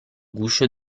guscio